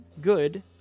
good